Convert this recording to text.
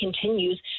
continues